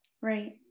Right